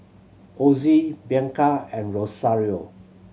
Ozie Bianca and Rosario